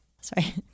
Sorry